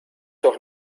doch